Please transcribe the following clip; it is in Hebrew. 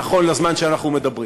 נכון לזמן שאנחנו מדברים.